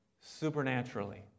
supernaturally